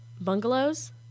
bungalows